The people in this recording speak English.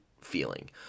feeling